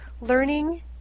learning